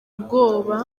ubwoba